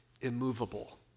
immovable